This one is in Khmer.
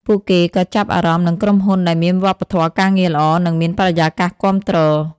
ពួកគេក៏ចាប់អារម្មណ៍នឹងក្រុមហ៊ុនដែលមានវប្បធម៌ការងារល្អ និងមានបរិយាកាសគាំទ្រ។